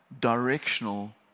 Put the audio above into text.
directional